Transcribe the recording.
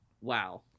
Wow